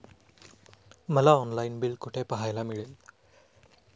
मला online bill कुठे पाहायला मिळेल?